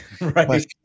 Right